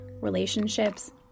relationships